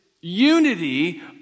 unity